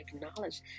acknowledge